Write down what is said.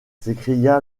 s’écria